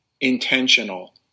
intentional